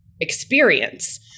experience